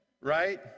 right